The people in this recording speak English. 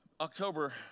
October